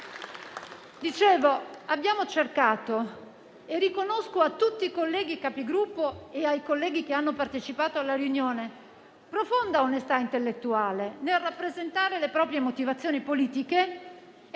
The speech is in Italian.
certa. Riconosco a tutti i colleghi Capigruppo e ai colleghi che hanno partecipato alla riunione profonda onestà intellettuale nel rappresentare le proprie motivazioni politiche e